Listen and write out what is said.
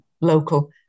local